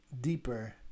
deeper